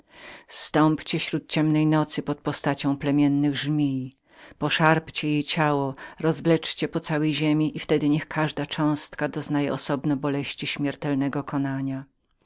zstąpcie śród ciemnej nocy pod postacią płomiennych żmij poszarpcie jej ciało rozwleczcie po całej ziemi i wtedy niech każda cząstka doznaje osobno boleści śmiertelnego konania